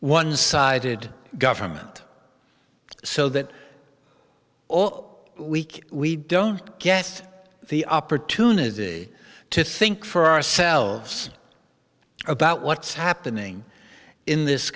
one sided government so that all week we don't get the opportunity to think for ourselves about what's happening in this